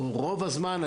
או רוב הזמן,